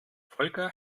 volker